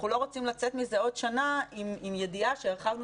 אנחנו לא רוצים לצאת מזה עוד שנה עם ידיעה שהרחבנו